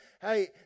hey